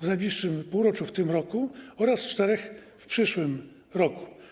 w najbliższym półroczu tego roku oraz czterech w przyszłym roku.